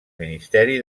ministeri